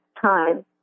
time